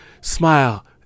Smile